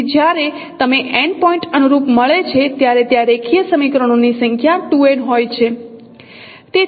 તેથી જ્યારે તમે n પોઇન્ટ અનુરૂપ મળે ત્યારે ત્યાં રેખીય સમીકરણો ની સંખ્યા 2n હોય છે